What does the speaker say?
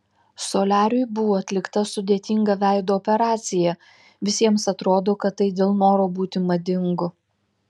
soliariui buvo atlikta sudėtinga veido operacija visiems atrodo kad tai dėl noro būti madingu